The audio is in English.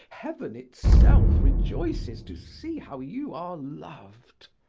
heaven itself rejoices to see how you are loved.